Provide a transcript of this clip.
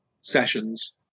sessions